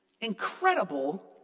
incredible